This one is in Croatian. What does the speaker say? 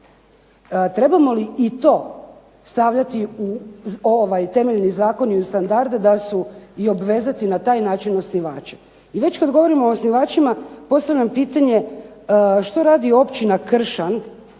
Trebamo li i to stavljati u temeljni zakon i u standarde da su i obvezati na taj način osnivače. I već kad govorimo o osnivačima postavljam pitanje što radi općina Kršan,